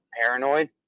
paranoid